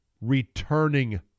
returning